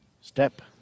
step